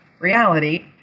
reality